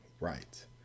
Right